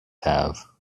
have